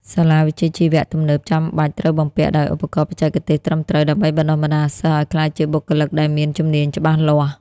សាលាវិជ្ជាជីវៈទំនើបចាំបាច់ត្រូវបំពាក់ដោយឧបករណ៍បច្ចេកទេសត្រឹមត្រូវ ដើម្បីបណ្ដុះបណ្ដាលសិស្សឱ្យក្លាយជាបុគ្គលិកដែលមានជំនាញច្បាស់លាស់។